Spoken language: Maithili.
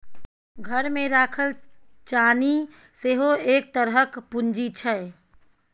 घरमे राखल चानी सेहो एक तरहक पूंजी छै